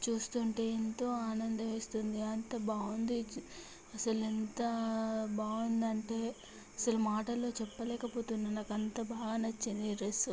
చూస్తుంటే ఎంతో ఆనందమేస్తుంది అంత బాగుంది ఈ చు అసలు ఎంత బాగుందంటే అసలు మాటల్లో చెప్పలేకపోతున్న నాకు అంత బాగా నచ్చింది ఈ డ్రెస్సు